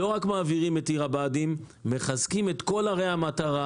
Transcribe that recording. לא רק מעבירים את עיר הבה"דים אלא מחזקים את כל ערי המטרה,